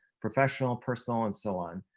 professional personal and so on.